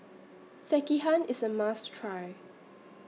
Sekihan IS A must Try